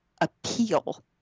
appeal